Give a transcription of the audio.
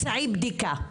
בדיקה,